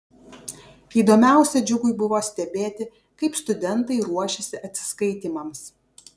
įdomiausia džiugui buvo stebėti kaip studentai ruošiasi atsiskaitymams